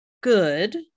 good